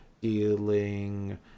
dealing